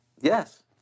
Yes